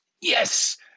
yes